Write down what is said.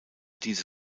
diese